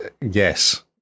Yes